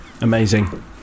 Amazing